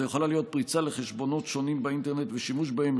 זו יכולה להיות פריצה לחשבונות שונים באינטרנט ושימוש בהם,